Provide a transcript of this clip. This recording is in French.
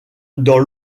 dans